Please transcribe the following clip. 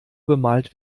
bemalt